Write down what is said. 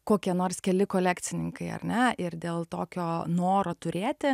kokie nors keli kolekcininkai ar ne ir dėl tokio noro turėti